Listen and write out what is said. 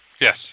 Yes